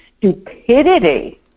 stupidity